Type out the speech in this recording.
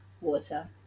water